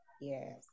Yes